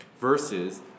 versus